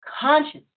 conscious